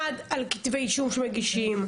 אחד, על כתבי אישום שמגישים.